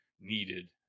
needed